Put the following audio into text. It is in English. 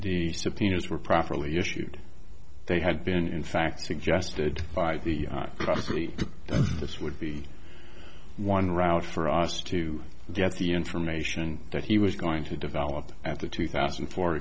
the subpoenas were properly issued they had been in fact suggested by the crosley this would be one route for us to get the information that he was going to develop at the two thousand and four